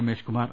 Rameshkumar